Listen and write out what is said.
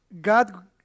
God